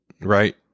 right